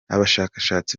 abashakashatsi